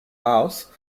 mouse